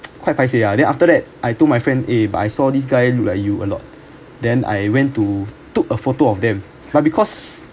quite paiseh ah then after that I told my friend eh but I saw this guy look like you a lot then I went to took a photo of them but because